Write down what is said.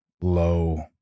low